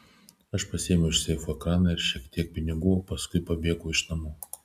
aš pasiėmiau iš seifo ekraną ir šiek tiek pinigų o paskui pabėgau iš namų